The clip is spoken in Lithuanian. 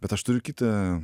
bet aš turiu kitą